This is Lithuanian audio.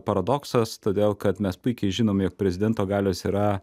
paradoksas todėl kad mes puikiai žinom jog prezidento galios yra